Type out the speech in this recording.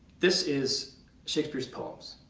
this is shakespeare's poems.